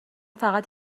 فقط